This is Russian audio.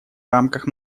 рамках